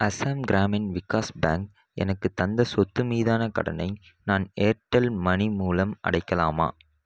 Assam Gramin Vikash bank எனக்குத் தந்த சொத்து மீதான கடனை நான் ஏர்டெல் மனி மூலம் அடைக்கலாமா